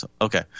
okay